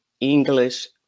English